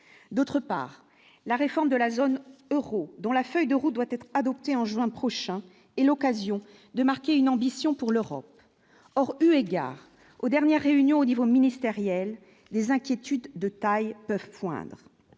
d'autre part, la réforme de la zone Euro, dont la feuille de route doit être adopté en juin prochain et l'occasion de marquer une ambition pour l'Europe, or, eu égard aux dernières réunions au niveau ministériel, les inquiétudes de taille peuvent poindre